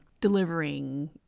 delivering